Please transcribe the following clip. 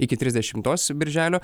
iki trisdešimtos birželio